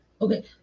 Okay